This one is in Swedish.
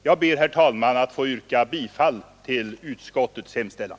Jag ber, herr talman, att få yrka bifall till utskottets hemställan.